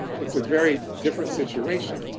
it's a very different situation.